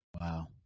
Wow